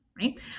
Right